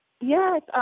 Yes